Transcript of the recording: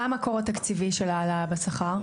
מה המקור התקציבי של העלאה בשכר?